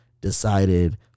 decided